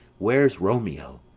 where's romeo?